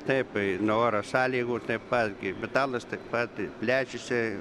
taip nuo oro sąlygų taip pat gi metalas taip pat plečiasi